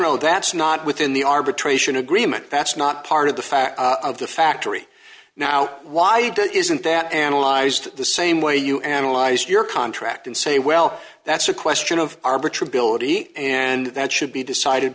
no that's not within the arbitration agreement that's not part of the fact of the factory now why isn't that analyzed the same way you analyze your contract and say well that's a question of arbitron bill and that should be decided